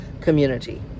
community